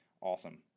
awesome